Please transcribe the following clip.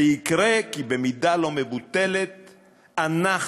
זה יקרה, כי במידה לא מבוטלת אנחנו,